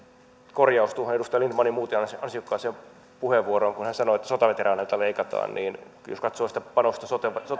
korjaus tuohon edustaja lindtmanin muuten ansiokkaaseen puheenvuoroon kun hän sanoi että sotaveteraaneilta leikataan jos katsoo sitä panosta